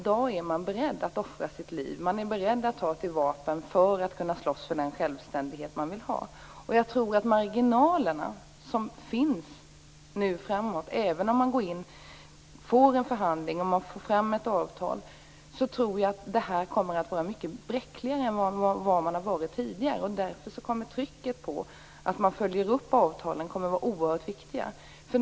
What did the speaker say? De är i dag beredda att offra sina liv och att ta till vapen för att slåss för självständighet. Även om man får till stånd förhandlingar och kommer fram till ett avtal är marginalerna mycket bräckligare än tidigare. Därför kommer trycket på att avtalen följs upp att vara oerhört hårt.